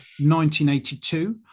1982